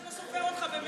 אף אחד לא סופר אותך ממילא.